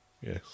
yes